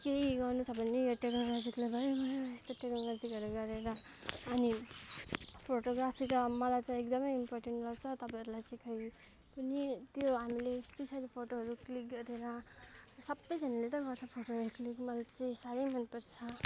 केही गर्नु छ भने यो टेक्नोलोजीले भयो भयो यो टेक्नोलोजीहरू गरेर अनि फोटोग्राफी त मलाई त एकदमै इम्पोर्टेन्ट लाग्छ तपाईँहरूलाई चाहिँ खै कुन्नि त्यो हामीले पछाडि फोटोहरू क्लिक गरेर सबैजनाले त गर्छ फोटोहरू क्लिक मलाई चाहिँ साह्रै मनपर्छ